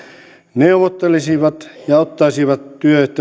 neuvottelisivat ja ottaisivat